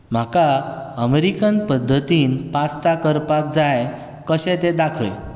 म्हाका अमारीकन पद्दतीन पास्ता करपाक जाय कशें तें दाखय